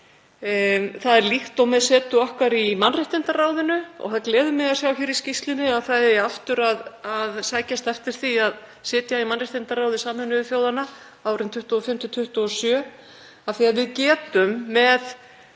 Það er líkt og með setu okkar í mannréttindaráðinu og það gleður mig að sjá hér í skýrslunni að það eigi aftur að sækjast eftir því að sitja í mannréttindaráði Sameinuðu þjóðanna árin 2025–2027, af því að við getum